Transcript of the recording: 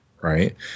right